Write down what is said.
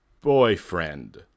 boyfriend